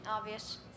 obvious